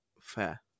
fair